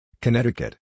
Connecticut